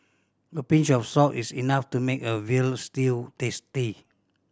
a pinch of salt is enough to make a veal stew tasty